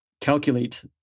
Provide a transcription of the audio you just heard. calculate